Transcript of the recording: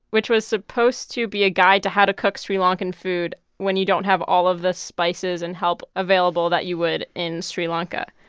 which was supposed to be a guide to how to cook sri lankan food when you don't have all of the spices and help available that you would in sri lanka.